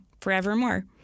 forevermore